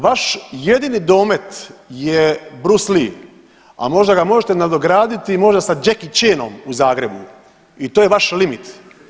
Vaš jedini domet je Bruce Lee, a možda ga možete nadograditi možda sa Jackie Chanom u Zagrebu i to je vaš limit.